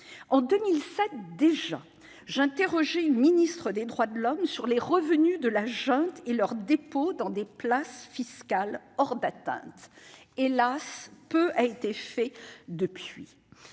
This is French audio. En 2007, déjà, j'interrogeais une secrétaire d'État chargée des droits de l'homme sur les revenus de la junte et leurs dépôts dans des places fiscales hors d'atteinte. Hélas, peu a été fait depuis